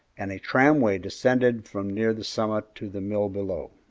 and a tramway descended from near the summit to the mill below.